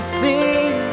sing